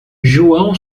joão